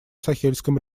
сахельском